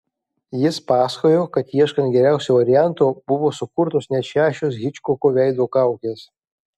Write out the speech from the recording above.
jis pasakojo kad ieškant geriausio varianto buvo sukurtos net šešios hičkoko veido kaukės